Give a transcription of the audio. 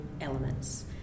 elements